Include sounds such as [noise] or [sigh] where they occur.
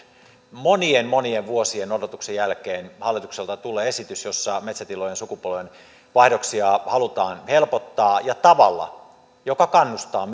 monien monien vuosien odotuksen jälkeen hallitukselta tulee esitys jossa metsätilojen sukupolvenvaihdoksia halutaan helpottaa ja tavalla joka kannustaa [unintelligible]